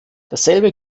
dasselbe